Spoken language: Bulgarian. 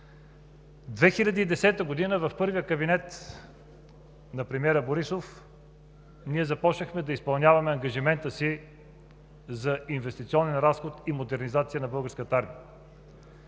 2010 г. в първия кабинет на премиера Борисов ние започнахме да изпълняваме ангажимента си за инвестиционен разход и модернизация на Българската армия